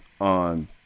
on